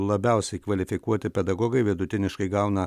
labiausiai kvalifikuoti pedagogai vidutiniškai gauna